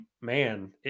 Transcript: man